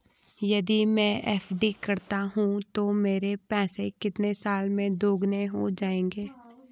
यदि मैं एफ.डी करता हूँ तो मेरे पैसे कितने साल में दोगुना हो जाएँगे?